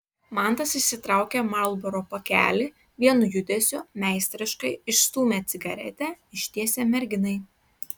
mantas išsitraukė marlboro pakelį vienu judesiu meistriškai išstūmė cigaretę ištiesė merginai